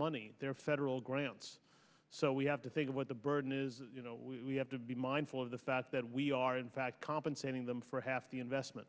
money they're federal grants so we have to think of what the burden is you know we have to be mindful of the fact that we are in fact compensating them for half the investment